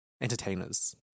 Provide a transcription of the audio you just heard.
entertainers